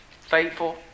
Faithful